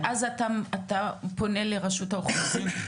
ואז אתה פונה לרשות האוכלוסין.